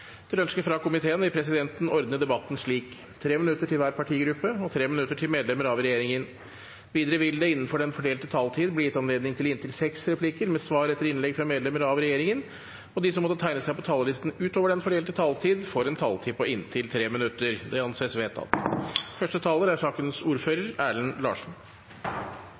Etter ønske fra helse- og omsorgskomiteen vil presidenten ordne debatten slik: 3 minutter til hver partigruppe og 3 minutter til medlemmer av regjeringen. Videre vil det – innenfor den fordelte taletid – bli gitt anledning til inntil seks replikker med svar etter innlegg fra medlemmer av regjeringen. De som måtte tegne seg på talerlisten utover den fordelte taletid, får en taletid på inntil 3 minutter. Det er